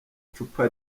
cupa